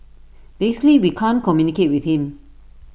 basically we can't communicate with him